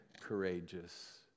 courageous